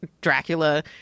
Dracula